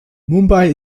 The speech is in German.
mumbai